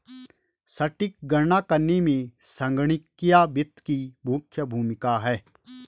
सटीक गणना करने में संगणकीय वित्त की मुख्य भूमिका है